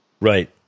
Right